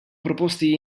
proposti